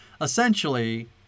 essentially